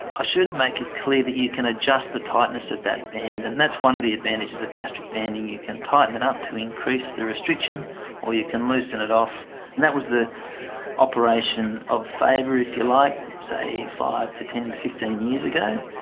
i should make it clear that you can adjust the tightness of that band, and that's one of the advantages of gastric banding, you can tighten it up to increase the restriction or you can loosen it off. and that was the operation of favour, if you like, say five to ten to fifteen years ago.